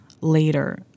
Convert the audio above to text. later